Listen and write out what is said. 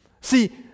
See